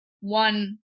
one